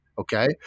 Okay